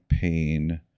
pain